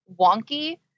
wonky